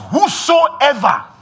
whosoever